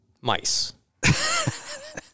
mice